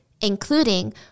including